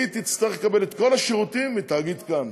יצטרכו לקבל את כל השירות מתאגיד כאן